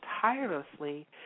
tirelessly